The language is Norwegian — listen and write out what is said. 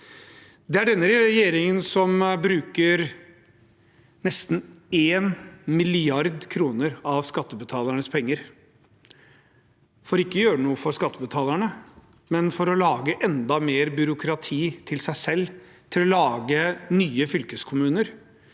Det er denne regjeringen som bruker nesten 1 mrd. kr av skattebetalernes penger – ikke for å gjøre noe for skattebetalerne, men for å lage enda mer byråkrati til seg selv, til å lage nye fylkeskommuner,